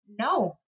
No